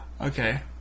Okay